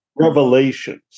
Revelations